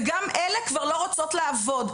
וגם אלה כבר לא רוצות לעבוד,